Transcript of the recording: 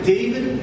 David